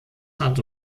hat